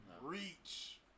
reach